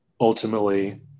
ultimately